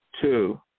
Two